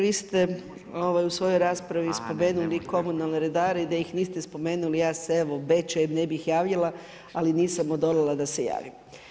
Vi ste u svojoj raspravi spomenuli komunalne redare i da ih niste spomenuli ja se evo obećajem ne bih javila, ali nisam odolila da se javim.